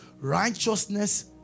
Righteousness